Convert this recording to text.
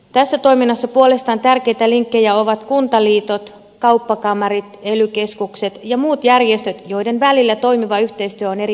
tässä toiminnassa puolestaan tärkeitä linkkejä ovat kuntaliitot kauppakamarit ely keskukset ja muut järjestöt joiden välillä toimiva yhteistyö on erittäin tärkeää